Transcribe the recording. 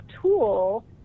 tool